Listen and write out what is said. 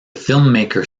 filmmaker